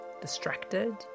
distracted